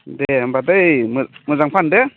दे होमब्ला दै मोजां मोजां फान दे